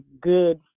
good